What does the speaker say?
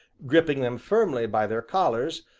gripping them firmly by their collars,